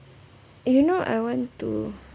eh you know I want to